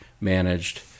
managed